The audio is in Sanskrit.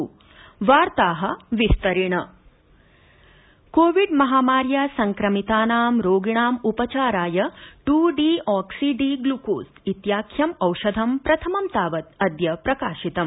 अथ वार्ताः विस्तरेण कोविड महामार्या संक्रमितानां रोगिणाम् उपचाराय ट्र डीऑक्सी डी ग्लूकोस इत्याख्यं औषधं प्रथमं तावत् अद्य प्रकाशितम्